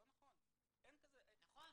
נכון.